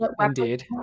indeed